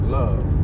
love